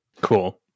Cool